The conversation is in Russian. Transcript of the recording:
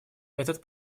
этот